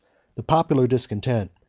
the popular discontent,